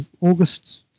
August